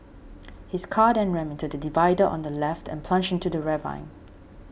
his car then rammed the divider on the left and plunged into the ravine